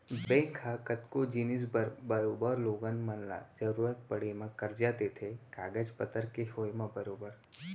bank ह कतको जिनिस बर बरोबर लोगन मन ल जरुरत पड़े म करजा देथे कागज पतर के होय म बरोबर